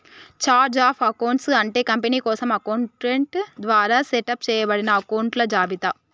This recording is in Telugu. ఛార్ట్ ఆఫ్ అకౌంట్స్ అంటే కంపెనీ కోసం అకౌంటెంట్ ద్వారా సెటప్ చేయబడిన అకొంట్ల జాబితా